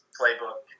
playbook